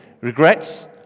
Regrets